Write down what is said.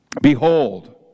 Behold